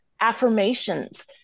affirmations